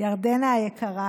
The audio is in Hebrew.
ירדנה היקרה,